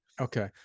Okay